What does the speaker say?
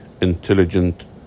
intelligent